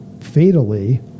fatally